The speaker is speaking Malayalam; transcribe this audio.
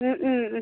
ഹ്മ്മ് ഹ്മ്മ് ഹ്മ്